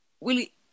Willie